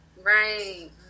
right